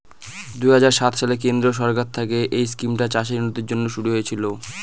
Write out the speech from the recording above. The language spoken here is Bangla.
দুই হাজার সাত সালে কেন্দ্রীয় সরকার থেকে এই স্কিমটা চাষের উন্নতির জন্যে শুরু হয়েছিল